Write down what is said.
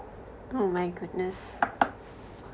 oh my goodness